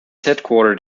headquartered